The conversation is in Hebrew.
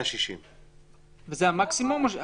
160. וזה המקסימום?